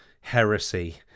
heresy